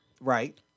Right